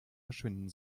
verschwinden